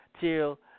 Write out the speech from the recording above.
till